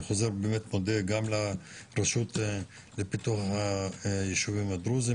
אני חוזר ומודה גם לרשות לפיתוח היישובים הדרוזים,